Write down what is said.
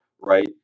Right